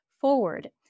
forward